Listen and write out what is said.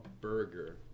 burger